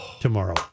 tomorrow